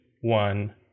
one